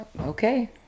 Okay